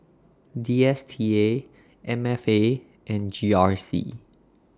D S T A M F A and G R C